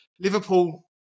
liverpool